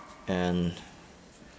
and